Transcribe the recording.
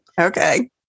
Okay